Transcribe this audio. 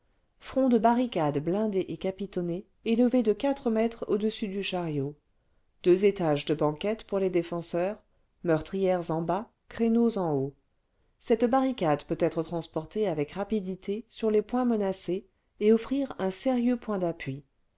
front de barricade blindé et capitonné élevé de quatre mètres au-dessus du chariot deux étages de banquettes pour les défenseurs meurtrières en bas créneaux en haut cette barricade peut être transportée avec rapidité sur les points menacés et offrir un sérieux point d'appui